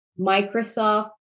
Microsoft